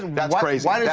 that's crazy.